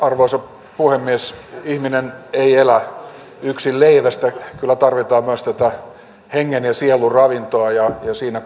arvoisa puhemies ihminen ei elä yksin leivästä kyllä tarvitaan myös tätä hengen ja sielun ravintoa ja siinä